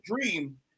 dream